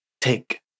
take